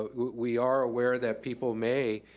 ah we are aware that people may,